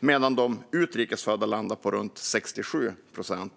medan de utrikesfödda landar på runt 67 procent.